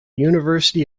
university